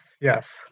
Yes